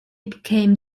became